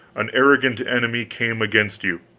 an arrogant enemy came against you.